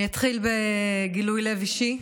אני אתחיל בגילוי לב אישי: